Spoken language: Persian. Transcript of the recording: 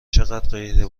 چقدرغیر